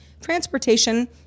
transportation